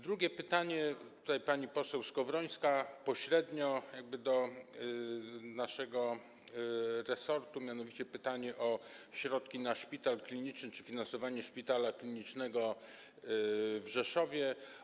Drugie pytanie skierowała tutaj pani poseł Skowrońska pośrednio do naszego resortu, a mianowicie to pytanie o środki na szpital kliniczny czy finansowanie szpitala klinicznego w Rzeszowie.